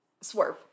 swerve